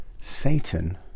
Satan